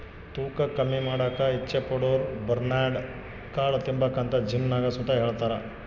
ತೂಕ ಕಮ್ಮಿ ಮಾಡಾಕ ಇಚ್ಚೆ ಪಡೋರುಬರ್ನ್ಯಾಡ್ ಕಾಳು ತಿಂಬಾಕಂತ ಜಿಮ್ನಾಗ್ ಸುತ ಹೆಳ್ತಾರ